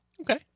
Okay